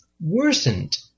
worsened